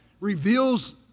reveals